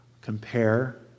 compare